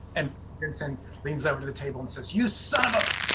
and vincent leans over the table and says, you sort of